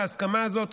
להסכמה הזאת,